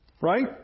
Right